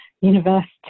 university